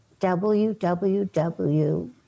www